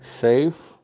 safe